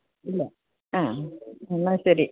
ഇല്ല ആ എന്നാല് ശരി